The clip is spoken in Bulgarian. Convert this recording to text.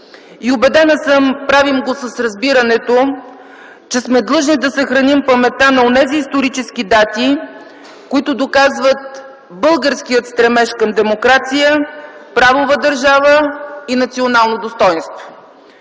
и, убедена съм, правим го с разбирането, че сме длъжни да съхраним паметта на онези исторически дати, които доказват българския стремеж към демокрация, правова държава и национално достойнство.